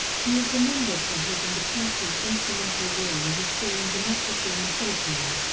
he is remembered for his and the church's instrumental role in restoring democracy in the philippines,